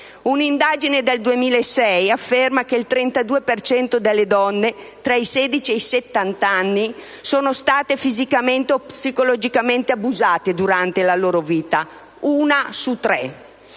Un'indagine del 2006 riporta che il 32 per cento delle donne tra i 16 e i 70 anni è stato fisicamente o psicologicamente abusato durante la propria vita (una su tre),